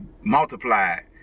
multiplied